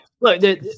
look